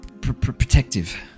protective